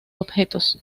objetos